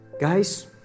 guys